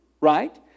right